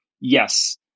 yes